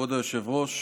כבוד היושב-ראש,